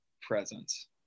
presence